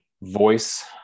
voice